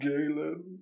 Galen